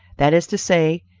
that is to say,